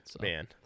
man